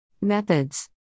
Methods